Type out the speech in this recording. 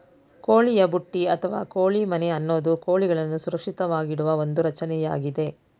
ಕೋಳಿಯ ಬುಟ್ಟಿ ಅಥವಾ ಕೋಳಿ ಮನೆ ಅನ್ನೋದು ಕೋಳಿಗಳನ್ನು ಸುರಕ್ಷಿತವಾಗಿಡುವ ಒಂದು ರಚನೆಯಾಗಿದೆ